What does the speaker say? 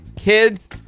kids